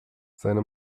seine